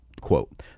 quote